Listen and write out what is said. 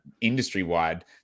industry-wide